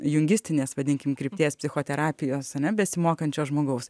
jungistinės vadinkim krypties psichoterapijos ane besimokančio žmogaus